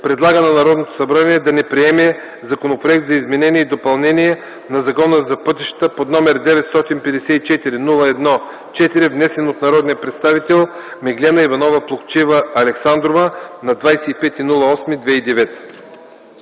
предлага на Народното събрание да не приеме Законопроект за изменение и допълнение на Закона за пътищата, № 954-01-4, внесен от народния представител Меглена Иванова Плугчиева–Александрова на 25